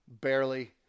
barely